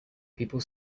people